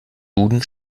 duden